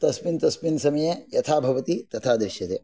तस्मिन् तस्मिन् समये यथा भवति तथा दृश्यते